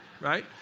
Right